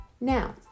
Now